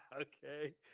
Okay